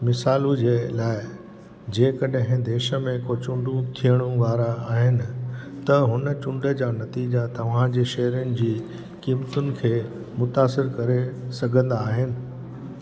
मिसालु जे लाइ जेकड॒हिं देश में को चूंडु थियणु वारा आहिनि त हुन चूंडु जा नतीज़ा तव्हांजे शेयरनि जी क़ीमतनि खे मुतासिरु करे सघंदा आहिनि